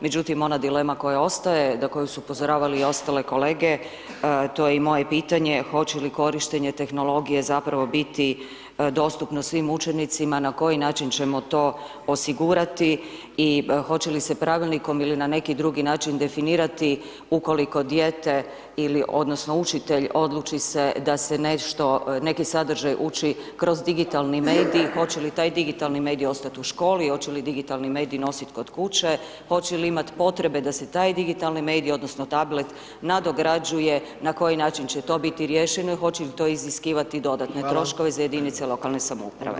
Međutim, ona dilema koja ostaje, na koju su upozoravali ostali kolege, a to je moje pitanje, hoće li korištenje tehnologije zapravo biti dostupno svim učenicima, na koji način ćemo to osigurati i hoće li se pravilnikom ili na neki drugi način definirati, ukoliko dijete ili učitelj odluči se da se nešto neki sadržaj ući kroz digitalni medij i hoće li taj digitalni medij ostati u školi, hoće li digitalni medij nositi kod kuće, hoće li imati potrebu da se taj digitalni medij, odnosno, tablet nadograđuje, na koji način će to biti riješeno i hoće li to iziskivati dodatne troškove za jedinice lokalne samouprave?